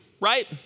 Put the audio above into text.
right